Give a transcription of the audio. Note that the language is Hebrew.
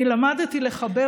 אני למדתי לחבב,